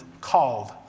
called